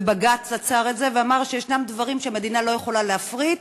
ובג"ץ עצר את זה ואמר שיש דברים שמדינה לא יכולה להפריט,